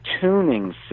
tuning